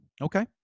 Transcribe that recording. okay